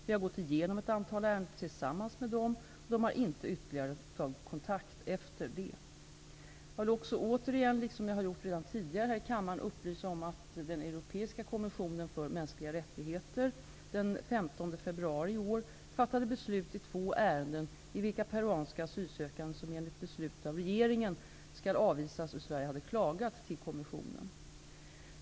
Vi har gått igenom ett antal ärenden tillsammans med dem, och de har inte tagit ytterligare kontakt efter det. Jag vill också återigen, liksom jag gjort redan tidigare här i kammaren, upplysa om att den europeiska kommissionen för mänskliga rättigheter den 15 februari i år fattade beslut i två ärenden, i vilka peruanska asylsökande som enligt beslut av regeringen skall avvisas från Sverige klagat till kommissionen.